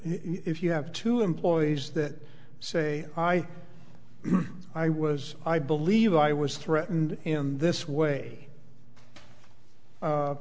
if you have two employees that say i was i believe i was threatened him this way